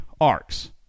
arcs